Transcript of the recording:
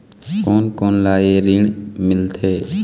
कोन कोन ला ये ऋण मिलथे?